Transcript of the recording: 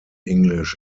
english